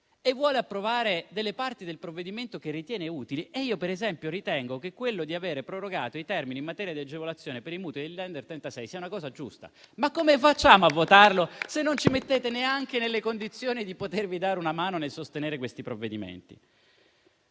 e vuole approvare alcune norme del provvedimento che ritiene utili - io, per esempio, ritengo che avere prorogato i termini in materia di agevolazione per i mutui degli *under* 36 sia una cosa giusta - ma come facciamo a votare a favore, se non ci mettete neanche nelle condizioni di potervi dare una mano nel sostenere questi provvedimenti?